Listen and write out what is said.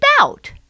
out